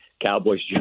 Cowboys